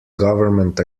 government